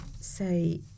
say